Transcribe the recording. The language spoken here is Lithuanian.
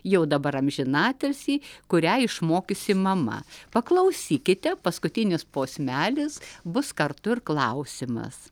jau dabar amžinatilsį kurią išmokiusi mama paklausykite paskutinis posmelis bus kartu ir klausimas